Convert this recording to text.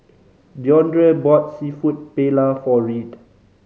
Deondre bought Seafood Paella for Reed